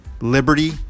liberty